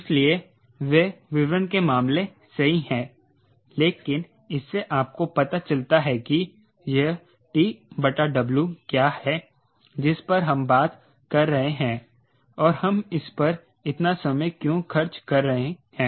इसलिए वे विवरण के मामले सही हैं लेकिन इससे आपको पता चलता है कि यह TW क्या है जिस पर हम बात कर रहे हैं और हम इसपर इतना समय क्यों खर्च कर रहे हैं